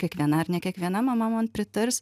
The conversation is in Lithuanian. kiekviena ar ne kiekviena mama man pritars